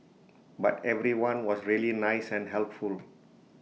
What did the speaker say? but everyone was really nice and helpful